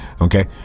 Okay